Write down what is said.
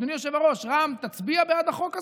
אדוני היושב-ראש, רע"מ תצביע בעד החוק הזה,